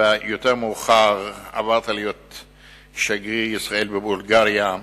ויותר מאוחר עברת להיות שגריר ישראל בבולגריה,